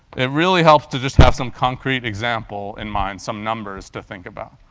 it really helps to just have some concrete example in mind, some numbers to think about.